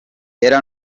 era